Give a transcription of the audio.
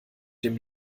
dem